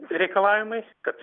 reikalavimai kad